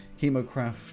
Hemocraft